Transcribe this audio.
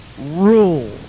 rule